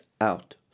out